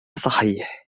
صحيح